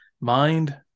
mind